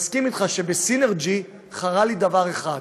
אני מסכים אתך שבסינרג'י חרה לי דבר אחד,